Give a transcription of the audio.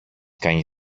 κάνει